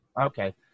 Okay